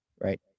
right